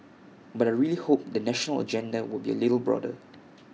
but I really hope the national agenda will be A little broader